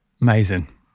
amazing